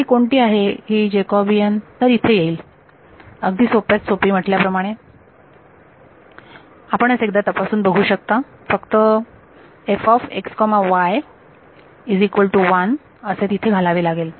ही कोणती आहे ही जॅकॉबियन तर इथे येईल अगदी सोप्यात सोपी म्हटल्यासारखे Refer Time 1526 आपणच एकदा तपासून बघू शकता फक्त fxy1 असे तिथे घालावे लागेल